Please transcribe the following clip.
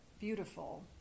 beautiful